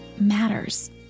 matters